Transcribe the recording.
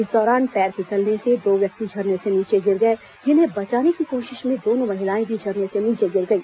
इस दौरान पैर फिसलने से दो व्यक्ति झरने से नीचे गिर गए जिन्हें बचाने की कोशिश में दोनों महिलाएं भी झरने से नीचे गिर गई